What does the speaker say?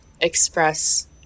express